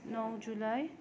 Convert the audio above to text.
नौ जुलाई